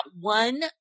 one